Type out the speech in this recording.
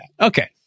Okay